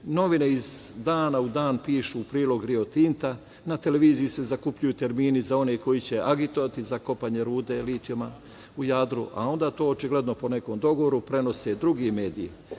Novine iz dana u dan pišu u prilog Rio Tinta. Na televiziji se zakupljuju termini za one koji će agitovati za kopanje rude litijuma u Jadru, a onda to očigledno po nekom dogovoru prenose drugi mediji.